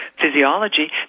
physiology